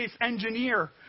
engineer